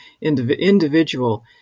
individual